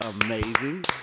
amazing